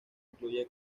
incluye